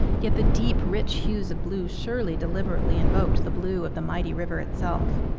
yet the deep, rich hues of blue surely deliberately invoked the blue of the mighty river itself.